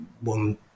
one